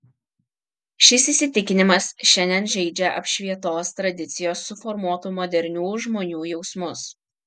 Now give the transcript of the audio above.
šis įsitikinimas šiandien žeidžia apšvietos tradicijos suformuotų modernių žmonių jausmus